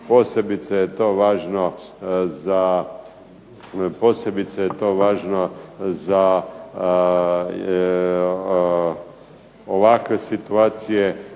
Posebice je to važno za ovakve situacije